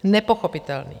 Nepochopitelný!